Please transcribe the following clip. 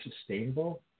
sustainable